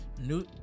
new